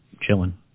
chilling